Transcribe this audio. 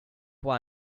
why